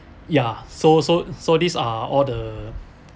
ya so so so these are all the